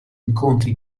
incontri